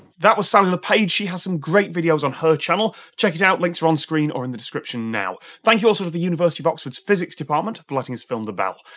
that was sally le page, she has some great videos on her channel, check it out links are on screen or in the description now. thank you also to the university of oxford's physics department for letting us film the bell.